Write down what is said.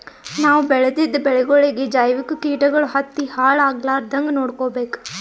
ನಾವ್ ಬೆಳೆದಿದ್ದ ಬೆಳಿಗೊಳಿಗಿ ಜೈವಿಕ್ ಕೀಟಗಳು ಹತ್ತಿ ಹಾಳ್ ಆಗಲಾರದಂಗ್ ನೊಡ್ಕೊಬೇಕ್